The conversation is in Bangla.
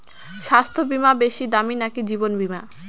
স্বাস্থ্য বীমা বেশী দামী নাকি জীবন বীমা?